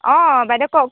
অঁ বাইদেউ কওক